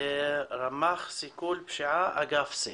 רמ"ח סיכול פשיעה אגף סייף.